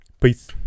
Peace